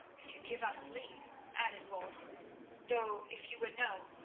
if you give us leave, added wulf though, if you would know,